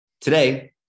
today